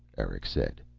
eric said.